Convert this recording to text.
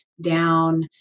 down